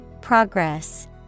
Progress